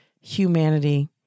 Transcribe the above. humanity